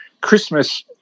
Christmas